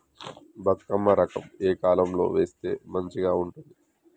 బతుకమ్మ రకం ఏ కాలం లో వేస్తే మంచిగా ఉంటది?